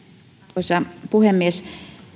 arvoisa puhemies